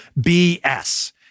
BS